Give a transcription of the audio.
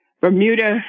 Bermuda